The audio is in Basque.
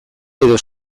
edo